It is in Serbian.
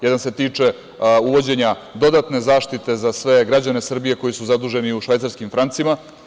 Jedan se tiče uvođenja dodatne zaštite za sve građane Srbije koji su zaduženi u švajcarskim francima.